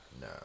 No